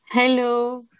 Hello